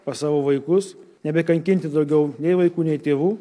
pas savo vaikus nebekankinti daugiau nei vaikų nei tėvų